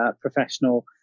professional